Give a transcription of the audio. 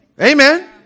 Amen